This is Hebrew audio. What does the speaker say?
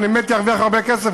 אני באמת ארוויח הרבה כסף,